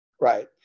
Right